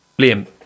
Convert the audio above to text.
Liam